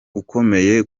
ukomeye